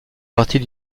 partie